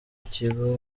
ikigo